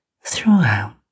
throughout